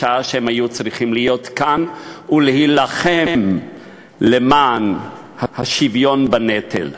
בשעה שהם היו צריכים להיות כאן ולהילחם למען השוויון בנטל.